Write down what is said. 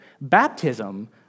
Baptism